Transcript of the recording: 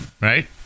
right